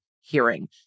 hearing